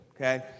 Okay